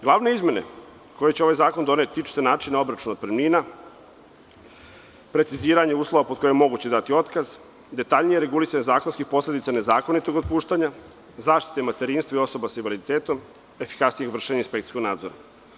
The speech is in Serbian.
Glavne izmene koje će ove zakon doneti tiču se načina obračuna otpremnina, preciziranje uslova pod kojim je moguće dati otkaz, detaljnije regulisanje zakonskih posledica nezakonitog otpuštanja, zaštite materinstva i osoba sa invaliditetom, efikasnije vršenje inspekcijskog nadzora.